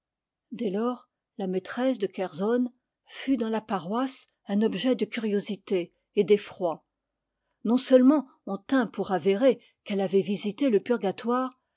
dès lors la maîtresse de kerzonn fut dans la paroisse un objet de curiosité et d'effroi non seulement on tint pour avéré qu'elle avait visité le purgatoire